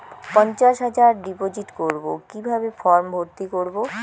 পঞ্চাশ হাজার ডিপোজিট করবো কিভাবে ফর্ম ভর্তি করবো?